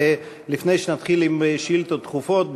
לפני שנתחיל עם שאילתות דחופות,